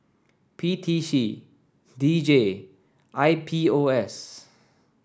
P T C D J and I P O S